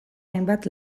hainbat